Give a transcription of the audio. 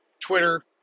Twitter